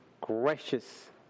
gracious